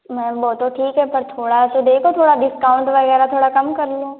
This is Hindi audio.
मैम वह तो ठीक है पर थोड़ा तो देखो थोड़ा डिस्काउन्ट वगैरह थोड़ा कम कर लो